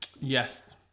Yes